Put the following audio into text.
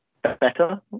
better